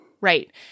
Right